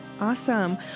Awesome